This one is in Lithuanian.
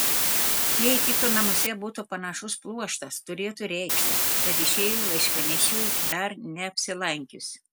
jei tito namuose būtų panašus pluoštas turėtų reikšti kad išėjo laiškanešiui dar neapsilankius